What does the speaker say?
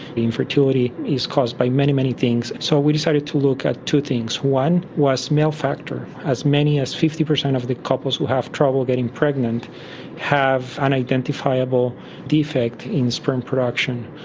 infertility is caused by many, many things. so we decided to look at two things. one was male factor. as many as fifty percent of the couples who have trouble getting pregnant have an identifiable defect in sperm production.